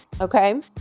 Okay